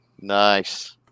Nice